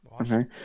okay